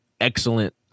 excellent